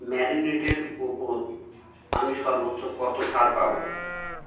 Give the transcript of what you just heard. ম্যারিনেডের ওপর আমি সর্বোচ্চ কত ছাড় পাবো